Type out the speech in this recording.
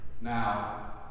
Now